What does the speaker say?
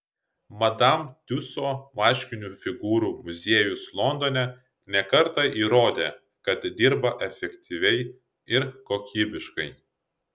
madam tiuso vaškinių figūrų muziejus londone ne kartą įrodė kad dirba efektyviai ir kokybiškai